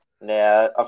Now